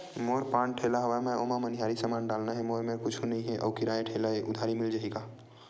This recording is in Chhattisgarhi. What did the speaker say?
मोर पान ठेला हवय मैं ओमा मनिहारी समान डालना हे मोर मेर कुछ नई हे आऊ किराए के ठेला हे उधारी मिल जहीं का?